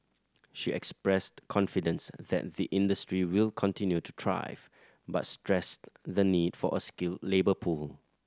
she expressed confidence that the industry will continue to thrive but stressed the need for a skilled labour pool